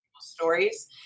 stories